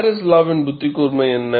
Paris லாவின் புத்திகூர்மை என்ன